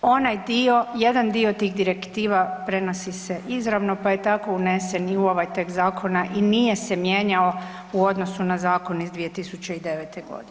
Jedan dio direktiva prenosi se izravno pa je tako unesen i u ovaj tekst zakona i nije se mijenjao u odnosu na zakon iz 2009.g.